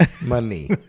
money